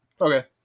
Okay